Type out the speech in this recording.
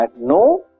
no